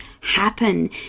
happen